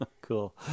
cool